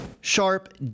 sharp